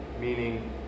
meaning